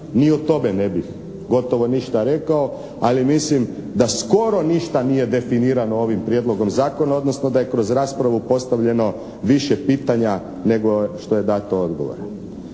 Ni o tome ne bih gotovo ništa rekao, ali mislim da skoro ništa nije definirano ovim prijedlogom zakona, odnosno da je kroz raspravu postavljeno više pitanja nego što je dato odgovora.